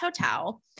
hotel